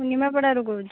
ମୁଁ ନିମାପଡ଼ାରୁ କହୁଛି